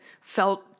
felt